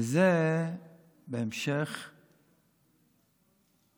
וזה בהמשך לכך